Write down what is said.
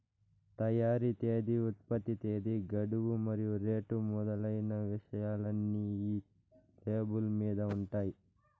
తయారీ తేదీ ఉత్పత్తి తేదీ గడువు మరియు రేటు మొదలైన విషయాలన్నీ ఈ లేబుల్ మీద ఉంటాయి